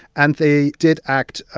and they did act,